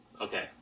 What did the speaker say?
Okay